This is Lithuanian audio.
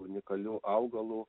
unikaliu augalu